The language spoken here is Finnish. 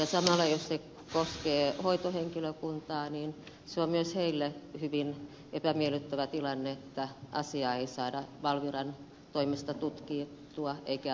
samalla jos se koskee hoitohenkilökuntaa se on myös heille hyvin epämiellyttävä tilanne että asiaa ei saada valviran toimesta tutkittua eikä asiaa päätökseen